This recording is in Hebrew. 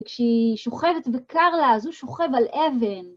וכשהיא שוכבת וקר לה, אז הוא שוכב על אבן.